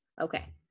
Okay